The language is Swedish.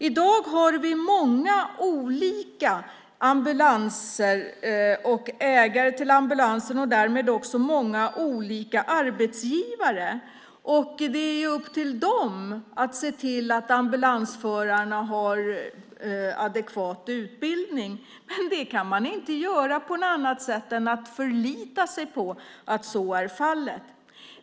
I dag har vi många olika ägare till ambulanser och därmed också många olika arbetsgivare. Det är upp till dem att se till att ambulansförarna har adekvat utbildning, men det kan man inte göra på något annat sätt än att förlita sig på att så är fallet.